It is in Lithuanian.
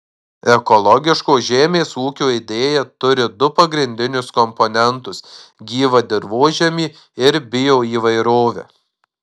ekologiško žemės ūkio idėja turi du pagrindinius komponentus gyvą dirvožemį ir bioįvairovę